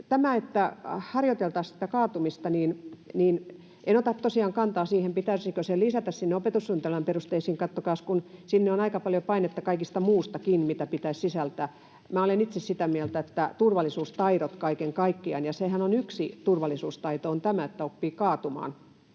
osalta, että harjoiteltaisiin kaatumista, en ota tosiaan kantaa siihen, pitäisikö se lisätä sinne opetussuunnitelman perusteisiin. Katsokaas, kun sinne on aika paljon painetta kaikesta muustakin, mitä niiden pitäisi sisältää. Minä olen itse sitä mieltä, että pitäisi olla turvallisuustaidot kaiken kaikkiaan. Yksi turvallisuustaitohan on tämä, että oppii kaatumaan,